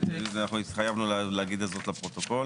אנחנו התחייבנו להגיד את זה לפרוטוקול